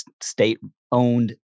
state-owned